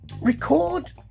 record